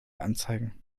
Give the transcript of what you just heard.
anzeigen